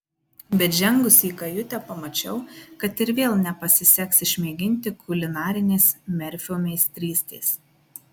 bet žengusi į kajutę pamačiau kad ir vėl nepasiseks išmėginti kulinarinės merfio meistrystės